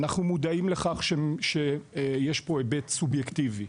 אנחנו מודעים לכך שיש פה היבט סובייקטיבי.